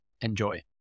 enjoy